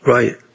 Right